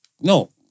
No